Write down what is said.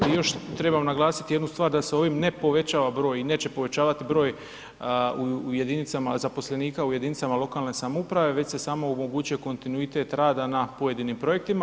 I još trebam naglasiti jednu stvar da se ovim ne povećava broj i neće povećavati broj zaposlenika u jedinicama lokalne samouprave već se samo omogućuje kontinuitet rada na pojedinim projektima.